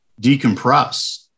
decompress